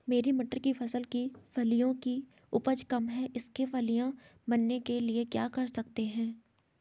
मेरी मटर की फसल की फलियों की उपज कम है इसके फलियां बनने के लिए क्या कर सकते हैं?